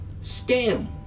scam